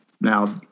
now